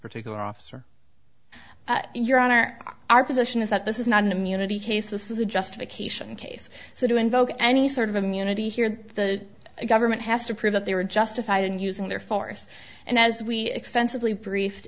particular officer your honor our position is that this is not an immunity case this is a justification case so to invoke any sort of immunity here the government has to prove that they were justified in using their force and as we extensively brief